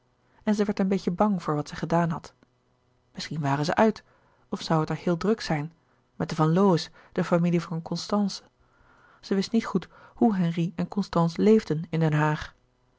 en zij werd een beetje bang voor wat zij gedaan had misschien waren zij uit of zoû het er heel druk zijn met de van lowe's de familie van constance zij wist niet goed hoe henri en constance leefden in den haag